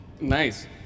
Nice